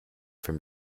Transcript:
from